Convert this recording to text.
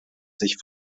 sich